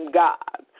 god